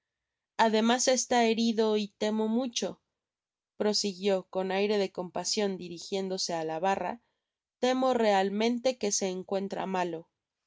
además está herido y temo mucho prosiguió con aire de compasion dirijiéndose á la barratemo realmente que se encuentra malo